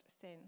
sin